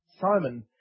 Simon